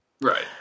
Right